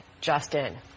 Justin